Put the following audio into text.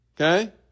Okay